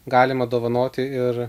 galima dovanoti ir